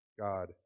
God